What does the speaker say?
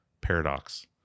paradox